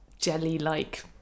jelly-like